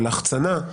על החצנה.